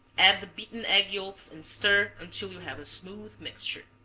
add the beaten egg yolks and stir until you have a smooth mixture.